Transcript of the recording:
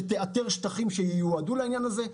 שתאתר שטחים שייועדו לעניין זה.